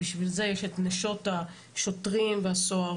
בשביל זה יש את נשות השוטרים והסוהרים,